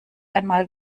einmal